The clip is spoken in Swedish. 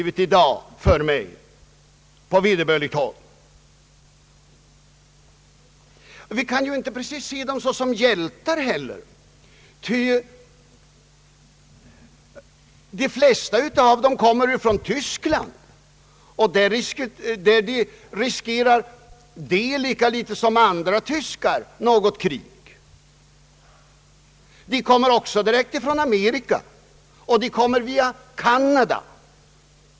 Vi kan inte heller gärna betrakta dem som hjältar, ty de flesta av dem kommer ju från Tyskland där de lika litet som tyskarna själva riskerar något krig. De kommer också direkt från USA och via Canada.